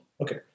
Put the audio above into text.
Okay